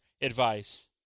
advice